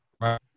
right